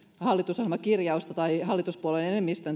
hallitusohjelmakirjausta tai hallituspuolueiden enemmistön